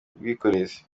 ubwikorezi